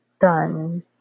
done